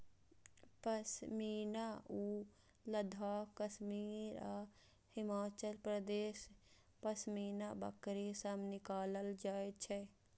पश्मीना ऊन लद्दाख, कश्मीर आ हिमाचल प्रदेशक पश्मीना बकरी सं निकालल जाइ छै